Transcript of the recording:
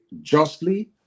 justly